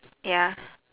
ya